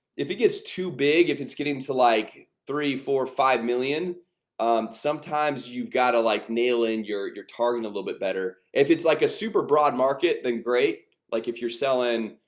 if it gets too big if it's getting to like three four five million sometimes you've got to like nail injure your targeting a little bit better if it's like a super broad market then great like if you're selling,